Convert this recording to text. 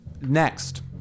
next